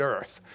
Earth